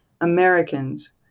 Americans